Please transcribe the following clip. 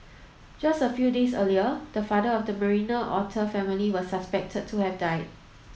just a few days earlier the father of the Marina otter family was suspected to have died